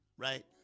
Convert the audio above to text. right